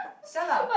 sia lah